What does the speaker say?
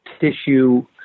tissue